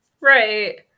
Right